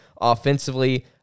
offensively